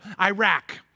Iraq